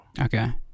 Okay